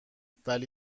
ولی